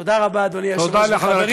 תודה רבה, אדוני היושב-ראש.